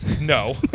No